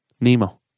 Nemo